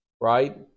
right